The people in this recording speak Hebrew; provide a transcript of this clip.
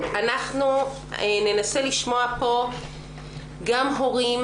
אנחנו ננסה לשמוע פה גם הורים